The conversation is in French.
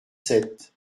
sept